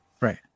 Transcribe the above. Right